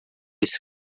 esse